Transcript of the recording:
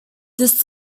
this